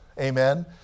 Amen